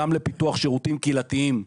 גם לפיתוח שירותים קהילתיים,